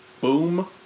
boom